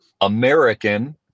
American